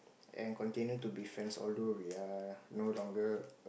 and continue to be friends although we are no longer